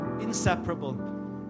Inseparable